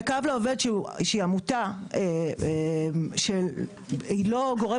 שהקו לעובד שהיא עמותה שהיא לא גורם